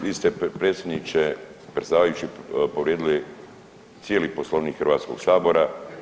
Vi ste predsjedniče, predsjedavajući povrijedili cijeli Poslovnik Hrvatskog sabora.